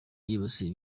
yibasiwe